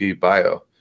bio